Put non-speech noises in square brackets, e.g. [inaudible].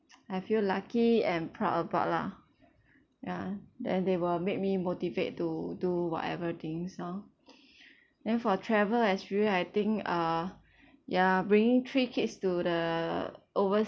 I feel lucky and proud about lah ya then they will make me motivate to do whatever things orh [breath] then for travel experience I think uh ya bringing three kids to the